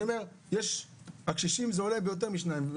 אני אומר שהקשישים זה עולה ביותר מ-2.3,